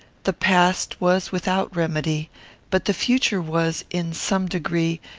the past was without remedy but the future was, in some degree,